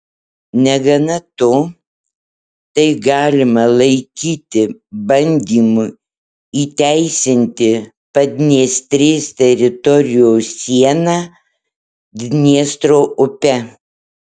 negana to tai galima laikyti bandymu įteisinti padniestrės teritorijos sieną dniestro upe